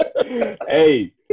Hey